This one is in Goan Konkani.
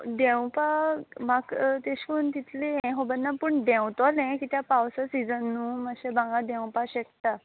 देंवपाक म्हाका तशें करून तितली हें खबर ना पूण देंवतलें कित्याक पावसा सिजन न्हय माश्शें भांगर देंवपा शेकता